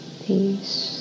peace